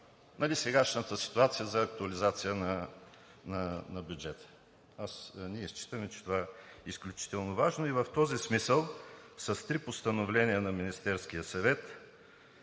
извън сегашната ситуация за актуализация на бюджета. Ние считаме, че това е изключително важно. В този смисъл с три постановления на Министерския съвет